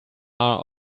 are